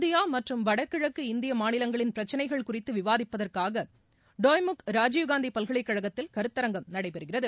India மற்றும் வடகிழக்கு இந்திய மாநிலங்களின் பிரச்சளைகள் குறித்து விவாதிப்பதற்காக டோய்முக் ராஜுவ்காந்தி பல்கலைகழகத்தில் கருத்தரங்கம் நடக்கிறது